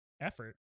effort